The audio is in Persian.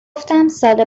گفتم، سال